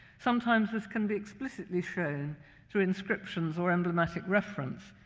sometimes this can be explicitly shown through inscriptions or emblematic reference,